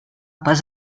pas